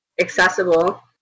accessible